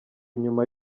nyuma